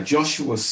Joshua